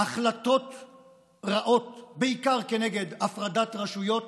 החלטות רעות, בעיקר כנגד הפרדת רשויות